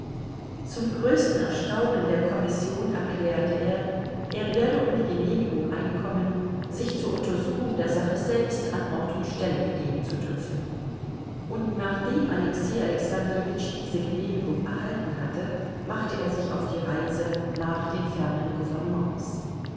zum größten erstaunen der kommission erklärte er er werde um die genehmigung einkommen sich zur untersuchung der sache selbst an ort und stelle begeben zu dürfen und nachdem alexei alexandrowitsch diese genehmigung erhalten hatte machte er sich auf die reise nach den fernen